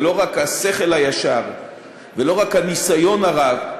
ולא רק השכל הישר ולא רק הניסיון הרב,